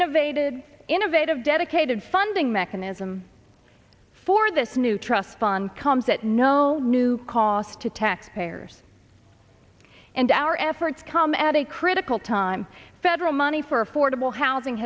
innovated innovative dedicated funding mechanism for this new trust fund comes at no new cost to taxpayers and our efforts come at a critical time federal money for affordable housing